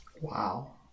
Wow